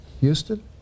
Houston